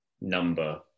number